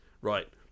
Right